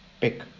pick